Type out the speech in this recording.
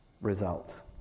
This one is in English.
results